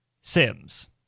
Sims